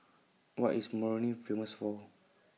What IS Moroni Famous For